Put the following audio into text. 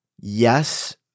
Yes